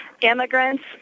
immigrants